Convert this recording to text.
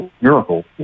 miracle